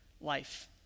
life